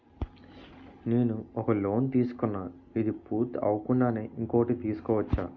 నేను ఒక లోన్ తీసుకున్న, ఇది పూర్తి అవ్వకుండానే ఇంకోటి తీసుకోవచ్చా?